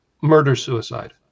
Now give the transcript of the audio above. Murder-suicide